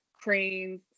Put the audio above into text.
cranes